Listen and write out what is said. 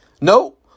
No